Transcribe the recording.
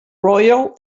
royal